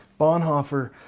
Bonhoeffer